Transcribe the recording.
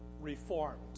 reformed